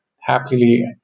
happily